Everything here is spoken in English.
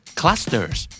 clusters